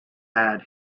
had